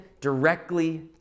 directly